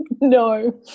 No